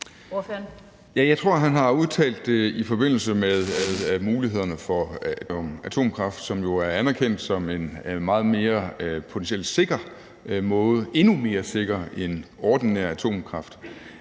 jeg tror, at han har udtalt det i forbindelse med mulighederne for thoriumatomkraft, som jo er anerkendt som en potentielt meget mere sikker måde – endnu mere sikker end ordinær atomkraft